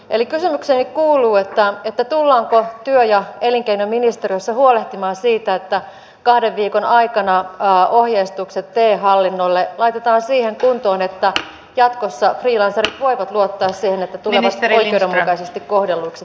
eli kysymykseni kuuluu tullaanko työ ja elinkeinoministeriössä huolehtimaan siitä että kahden viikon aikana ohjeistukset te hallinnolle laitetaan siihen kuntoon että jatkossa freelancerit voivat luottaa siihen että tulevat oikeudenmukaisesti kohdelluiksi työttömyysturvassa